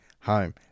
home